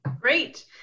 Great